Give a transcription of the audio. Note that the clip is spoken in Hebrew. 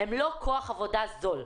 הם לא כוח עבודה זול.